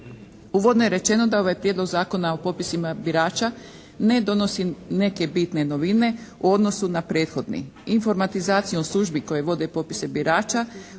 Uvodno je rečeno da ovaj Prijedlog Zakona o popisima birača ne donosi neke bitne novine u odnosu na prethodni. Informatizacijom službi koji vode popise birača